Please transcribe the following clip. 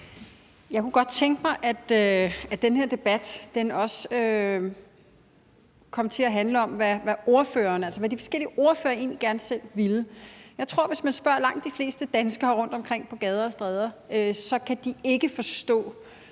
Jeg kunne godt tænke mig, at den her debat også kom til at handle om, hvad ordføreren – altså hvad de forskellige ordførere – egentlig gerne selv ville. Jeg tror, at hvis man spørger langt de fleste danskere rundtomkring på gader og stræder, kan de ikke forstå,